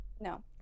No